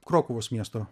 krokuvos miesto